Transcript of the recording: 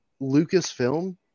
Lucasfilm